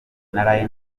naraye